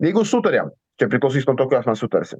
jeigu sutarėm čia priklausys nuo to ką mes sutarsim